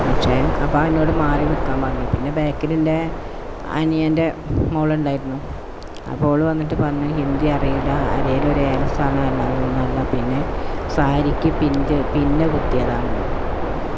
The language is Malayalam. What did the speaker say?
പക്ഷേ അപ്പം എന്നോട് മാറി നിൽക്കാൻ പറഞ്ഞു പിന്നെ ബാക്കിൽ എൻ്റെ അനിയൻ്റെ മോളുണ്ടായിരുന്നു അപ്പോൾ ഓള് വന്നിട്ട് പറഞ്ഞൂ ഹിന്ദി അറിയില്ല അരയിൽ ഒരു ഏലസാണ് അല്ലാതൊന്നുമല്ല പിന്നെ സാരിക്ക് പിന്ന് ചെയ് പിന്ന് കുത്തിയതാണ്